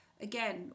again